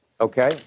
Okay